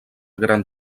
gran